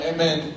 Amen